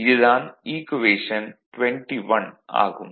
இது தான் ஈக்குவேஷன் 21 ஆகும்